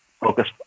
focus